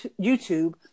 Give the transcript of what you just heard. YouTube